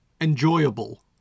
enjoyable